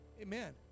Amen